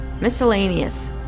Miscellaneous